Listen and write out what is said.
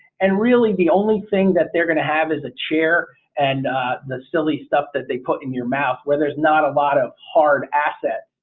and really the only thing that they're going to have is a chair and the silly stuff that they put in your mouth where there's not a lot of hard assets.